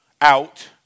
out